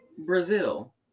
Brazil